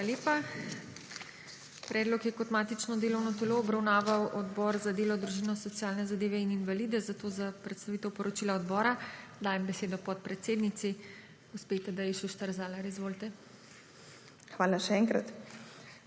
Hvala lepa. Predlog je kot matično delovno telo obravnaval Odbor za delo, družino, socialne zadeve in invalide. Zato za predstavitev poročila odbora dajem besedo podpredsednici gospe Tadeji Šuštar Zalar. Izvolite. TADEJA ŠUŠTAR